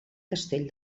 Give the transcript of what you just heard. castell